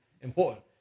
important